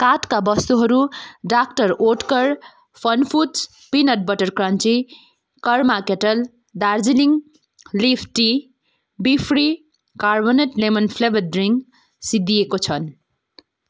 कार्टका वस्तुहरू doctor Oetker FunFoods peanut butter crunchy Karma Kettle Darjeeling leaf tea बिफ्री carbonated lemon flavour drink सिद्धिएको छन्